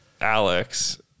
Alex